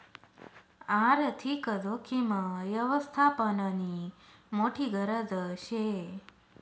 आर्थिक जोखीम यवस्थापननी मोठी गरज शे